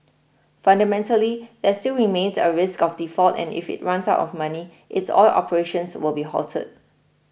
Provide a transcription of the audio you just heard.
fundamentally there still remains a risk of default and if it runs out of money its oil operations will be halted